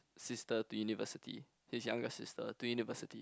sister to university his younger sister to university